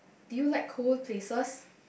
do you like cold places